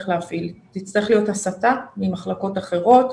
להפעיל תצטרך להיות הסטה ממחלקות אחרות,